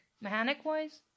mechanic-wise